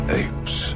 apes